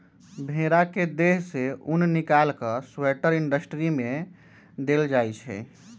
भेड़ा के देह से उन् निकाल कऽ स्वेटर इंडस्ट्री में देल जाइ छइ